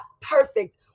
perfect